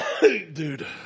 Dude